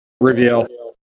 reveal